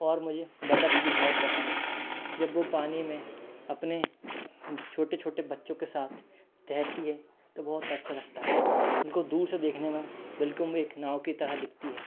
और मुझे बत्तख भी बहुत पसंद है जब वो पानी में अपने छोटे छोटे बच्चों के साथ तैरती है तो बहुत अच्छा लगता है उनको दूर से देखने में बिल्कुल वे एक नाव की तरह दिखती है